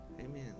Amen